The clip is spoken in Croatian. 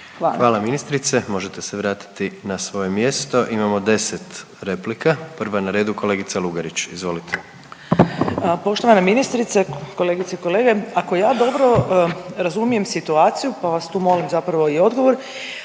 Hvala ministrice. Možete se vratiti na svoje mjesto. Imamo 10 replika. Prva je na redu kolegica Lugarić, izvolite. **Lugarić, Marija (SDP)** Poštovana ministrice, kolegice i kolege ako ja dobro razumijem situaciju, pa vas tu molim zapravo i odgovor